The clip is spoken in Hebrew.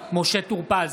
משה טור פז,